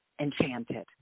enchanted